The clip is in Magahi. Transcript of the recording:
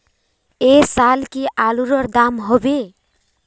ऐ साल की आलूर र दाम होबे?